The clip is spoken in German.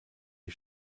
die